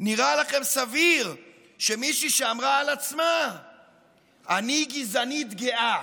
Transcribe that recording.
נראה לכם סביר שמישהי שאמרה על עצמה "אני גזענית גאה"